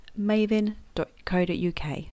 maven.co.uk